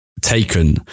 taken